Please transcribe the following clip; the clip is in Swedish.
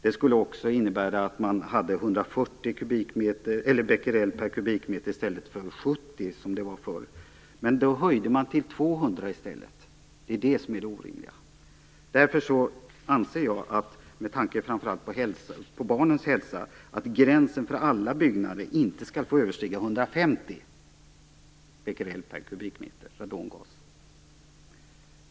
Det borde också ha inneburit att gränsvärdet blev 140 Bq m3 radongas.